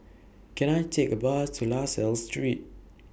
Can I Take A Bus to La Salle Street